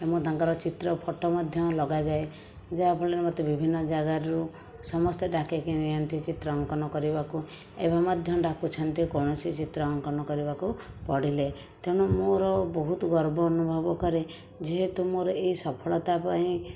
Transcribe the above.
ଏବଂ ତାଙ୍କର ଚିତ୍ର ଫଟୋ ମଧ୍ୟ ଲଗାଯାଏ ଯାହାଫଳରେ ମତେ ବିଭିନ୍ନ ଯାଗାରୁ ସମସ୍ତେ ଡାକିକି ନିଅନ୍ତି ଚିତ୍ର ଅଙ୍କନ କରିବାକୁ ଏବେ ମଧ୍ୟ ଡାକୁଛନ୍ତି କୌଣସି ଚିତ୍ର ଅଙ୍କନ କରିବାକୁ ପଡ଼ିଲେ ତେଣୁ ମୋର ବହୁତ ଗର୍ବ ଅନୁଭବ କରେ ଯେହେତୁ ମୋର ଏହି ସଫଳତା ପାଇଁ